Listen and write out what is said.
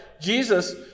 Jesus